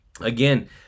again